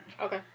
Okay